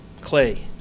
Clay